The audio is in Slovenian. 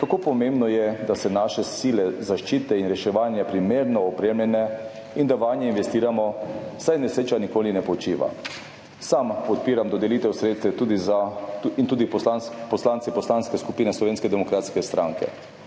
kako pomembno je, da so naše sile zaščite in reševanja primerno opremljene in da vanje investiramo, saj nesreča nikoli ne počiva. Sam podpiram dodelitev sredstev in tudi poslanci Poslanske skupine Slovenske demokratske stranke.